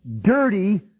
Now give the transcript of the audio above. dirty